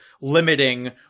limiting